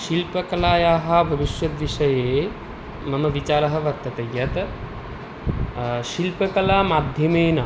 शिल्पकलायाः भविष्यद्विषये मम विचारः वर्तते यत् शिल्पकलामाध्यमेन